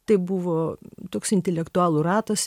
tai buvo toks intelektualų ratas